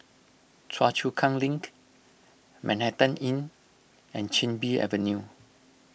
Choa Chu Kang Link Manhattan Inn and Chin Bee Avenue